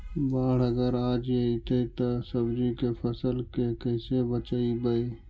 बाढ़ अगर आ जैतै त सब्जी के फ़सल के कैसे बचइबै?